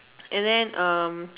and then um